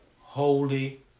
Holy